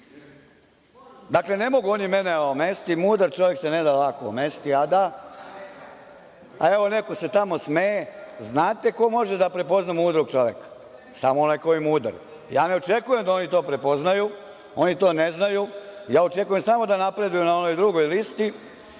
pivu. Dakle, ne mogu oni mene omesti, mudar čovek se ne da lako omesti. Evo, neko se tamo smeje. Znate ko može da prepozna mudrog čoveka? Samo onaj ko je mudar. Ja ne očekujem da oni to prepoznaju. Oni to ne znaju. Ja očekujem da samo napreduju na onoj drugoj listi.